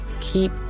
Keep